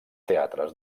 teatres